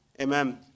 amen